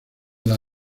las